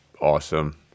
awesome